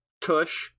tush